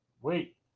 Wait